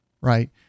right